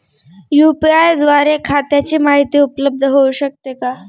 UPI द्वारे खात्याची माहिती उपलब्ध होऊ शकते का?